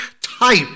type